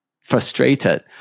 frustrated